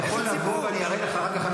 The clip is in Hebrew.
אני יכול לבוא ואני אראה לך אחר כך,